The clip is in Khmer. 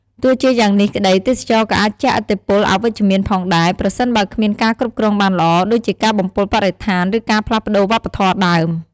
ទោះជាយ៉ាងនេះក្តី ទេសចរណ៍ក៏អាចជះឥទ្ធិពលអវិជ្ជមានផងដែរ ប្រសិនបើគ្មានការគ្រប់គ្រងបានល្អ ដូចជាការបំពុលបរិស្ថាន ឬការផ្លាស់ប្តូរវប្បធម៌ដើម។